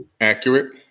accurate